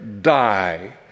die